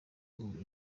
ubu